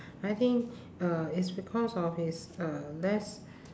I think uh it's because of its uh less